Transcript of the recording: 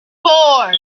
four